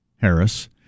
Harris